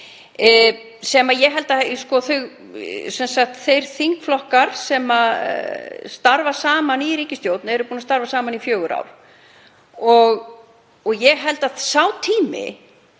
þessum breytingum. Þeir þingflokkar sem starfa saman í ríkisstjórn eru búnir að starfa saman í fjögur ár og ég held að sá tími